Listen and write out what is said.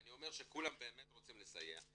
ואני אומר שכולם באמת רוצים לסייע,